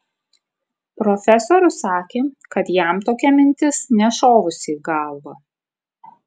profesorius sakė kad jam tokia mintis nešovusi į galvą